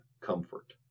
comfort